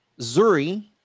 Zuri